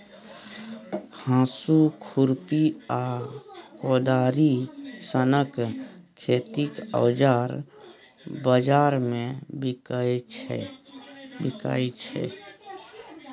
हाँसु, खुरपी आ कोदारि सनक खेतीक औजार बजार मे बिकाइ छै